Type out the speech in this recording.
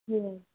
जी ma'am